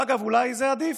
ואגב, אולי זה עדיף.